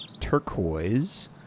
Turquoise